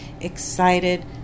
excited